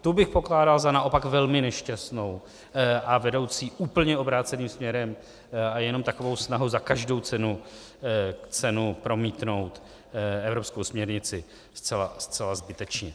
tu bych pokládal za naopak velmi nešťastnou a vedoucí úplně obráceným směrem a jenom takovou snahu za každou cenu promítnout evropskou směrnici zcela zbytečně.